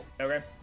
Okay